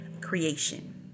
creation